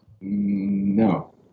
No